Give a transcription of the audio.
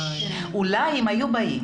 אולי אם היו באים